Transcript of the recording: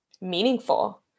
meaningful